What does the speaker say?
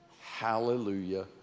Hallelujah